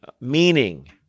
meaning